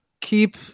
keep